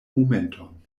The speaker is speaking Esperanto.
momenton